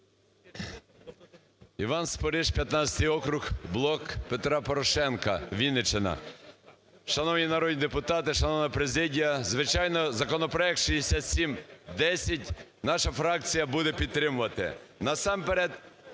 Іван Спориш, 15 округ, "Блок Петра Порошенка", Вінниччина. Шановні народні депутати, шановна президія, звичайно, законопроект 6710 наша фракція буде підтримувати. Насамперед,